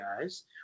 guys